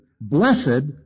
blessed